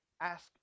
ask